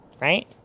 Right